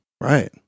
Right